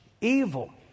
evil